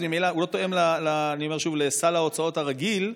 את סל ההוצאות הרגיל,